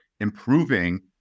improving